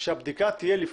שהבדיקה תהיה לפני.